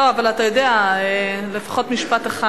לא, אבל אתה יודע, מן הראוי לפחות משפט אחד.